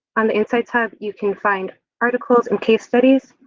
on the insights hub, you can find articles and case studies.